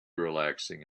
relaxing